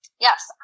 Yes